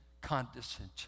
condescension